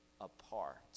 apart